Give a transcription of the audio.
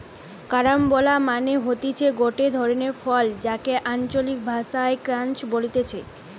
carambola মানে হতিছে গটে ধরণের ফল যাকে আঞ্চলিক ভাষায় ক্রাঞ্চ বলতিছে